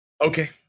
Okay